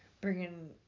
bringing